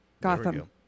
Gotham